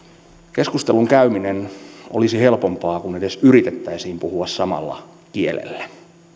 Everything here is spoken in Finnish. keskustelun käyminen olisi helpompaa kun edes yritettäisiin puhua samalla kielellä